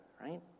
right